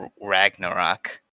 Ragnarok